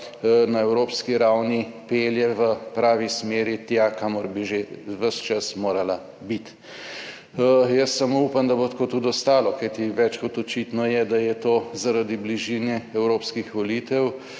na evropski ravni pelje v pravi smeri tja, kamor bi že ves čas morala biti. Jaz samo upam, da bo tako tudi ostalo. Kajti več kot očitno je, da je to zaradi bližine evropskih volitev